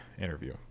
interview